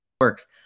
works